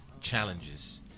challenges